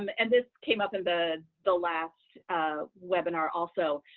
um and this came up in the the last webinar also,